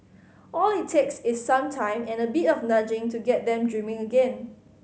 all it takes is some time and a bit of nudging to get them dreaming again